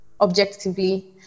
objectively